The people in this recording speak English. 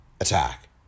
attack